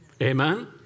Amen